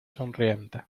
sonriente